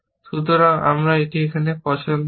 সুতরাং আমি এখানে একটি পছন্দ আছে